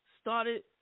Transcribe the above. started